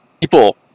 People